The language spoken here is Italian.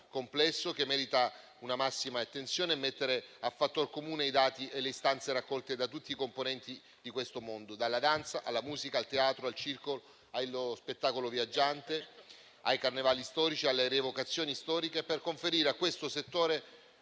sappiamo - che merita la massima attenzione per mettere a fattor comune i dati e le istanze raccolte da tutti i componenti di questo mondo, dalla danza alla musica, al teatro, al circo, allo spettacolo viaggiante, ai carnevali storici, alle rievocazioni storiche, per conferire a questo settore